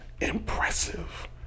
Impressive